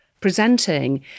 presenting